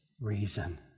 reason